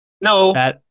No